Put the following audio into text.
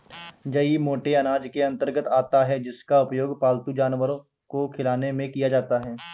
जई मोटे अनाज के अंतर्गत आता है जिसका उपयोग पालतू जानवर को खिलाने में किया जाता है